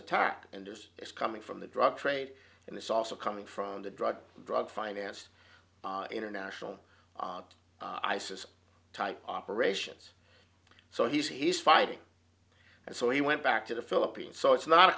attack and this is coming from the drug trade and it's also coming from the drug drug financed international isis type operations so he's fighting and so he went back to the philippines so it's not a